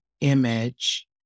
image